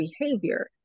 behavior